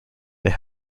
they